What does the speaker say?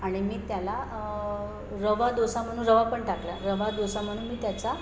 आणि मी त्याला रवा डोसा म्हणून रवा पण टाकला रवा डोसा म्हणून मी त्याचा